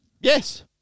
Yes